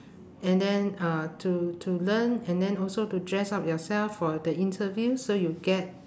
and then uh to to learn and then also to dress up yourself for the interview so you get